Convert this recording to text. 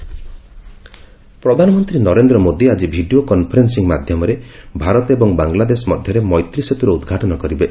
PM Maitri Setu ପ୍ରଧାନମନ୍ତ୍ରୀ ନରେନ୍ଦ୍ର ମୋଦୀ ଆଜି video conferencing ମାଧ୍ୟମରେ ଭାରତ ଏବଂ ବାଙ୍ଗଲାଦେଶ ମଧ୍ୟରେ ମୈତ୍ରୀ ସେତୁର ଉଦ୍ଘାଟନ କରିବେ